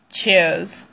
Cheers